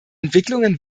entwicklungen